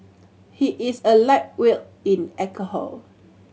he is a light will in alcohol